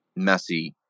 Messi